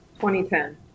2010